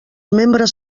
membres